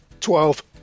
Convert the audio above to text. Twelve